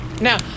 Now